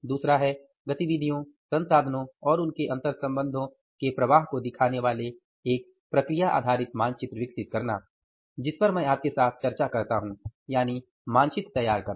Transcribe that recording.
दूसरा है गतिविधियों संसाधनों और उनके अंतर्संबंधों के प्रवाह को दिखाने वाले एक प्रक्रिया आधारित मानचित्र विकसित करना जिस पर मैं आपके साथ चर्चा करता हूं यानि मानचित्र तैयार करना